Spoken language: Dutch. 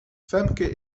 femke